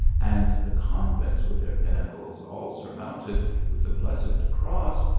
and the convents with their pinnacles all sur mounted with the blessed cross,